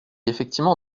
effectivement